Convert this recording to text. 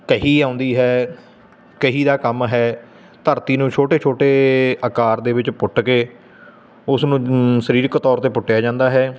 ਕਹੀ ਆਉਂਦੀ ਹੈ ਕਹੀ ਦਾ ਕੰਮ ਹੈ ਧਰਤੀ ਨੂੰ ਛੋਟੇ ਛੋਟੇ ਆਕਾਰ ਦੇ ਵਿੱਚ ਪੁੱਟ ਕੇ ਉਸ ਨੂੰ ਸਰੀਰਕ ਤੌਰ 'ਤੇ ਪੁੱਟਿਆ ਜਾਂਦਾ ਹੈ